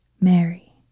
Mary